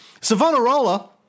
Savonarola